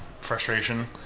frustration